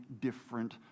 different